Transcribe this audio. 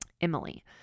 Emily